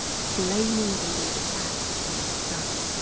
flaming the lid as you go.